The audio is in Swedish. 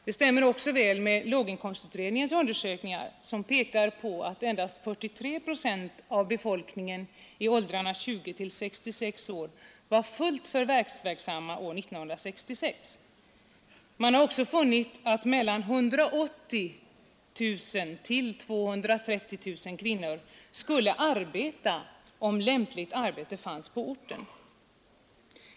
Det stämmer också väl med låginkomstutredningens undersökningar, som pekar på att endast 43 procent av befolkningen i åldrarna 20—66 år var fullt förvärvsverksamma år 1966. Man har också funnit att mellan 180 000 och 230 000 kvinnor skulle arbeta om lämpligt arbete fanns på orten.